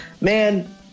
man –